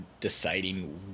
deciding